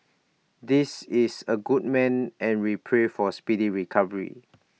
this is A good man and we pray for speedy recovery